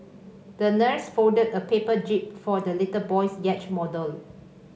the nurse folded a paper jib for the little boy's yacht model